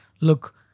look